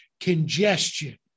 congestion